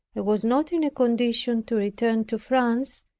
and was not in a condition to return to france,